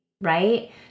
right